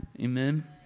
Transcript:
Amen